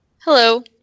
Hello